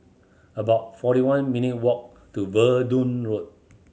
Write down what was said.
about forty one minute walk to Verdun Road